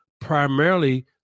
primarily